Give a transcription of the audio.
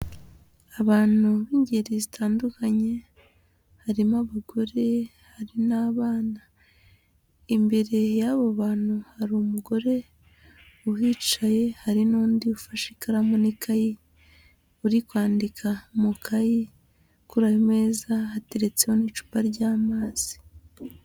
Abantu b'ingeri zitandukanye harimo abagore hari n'abana, imbere y'abo bantu hari umugore uhicaye hari n'undi ufashe ikaramu n'ikayi uri kwandika mu kayi kuri ameza ateretseho n'icupa ry'amazi.